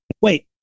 Wait